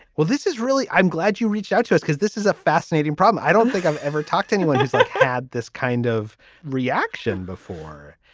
well this is really i'm glad you reached out to us because this is a fascinating problem. i don't think i've ever talked to anyone just like had this kind of reaction before.